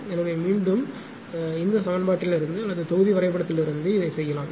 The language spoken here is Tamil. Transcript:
எனவே மீண்டும் இந்த சமன்பாட்டிலிருந்து அல்லது தொகுதி வரைபடத்திலிருந்து செய்யலாம்